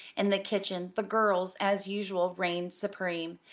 in the kitchen the girls as usual reigned supreme,